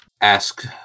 Ask